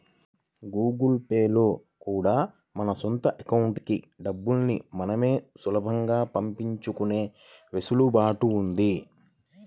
Google Pay లో కూడా మన సొంత అకౌంట్లకి డబ్బుల్ని మనమే సులభంగా పంపించుకునే వెసులుబాటు ఉంది